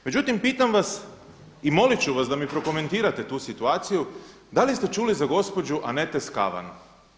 Međutim, pitam vas i molit ću vas da mi prokomentirate tu situaciju da li ste čuli za gospođu Anet Skaven?